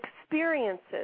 experiences